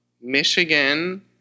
Michigan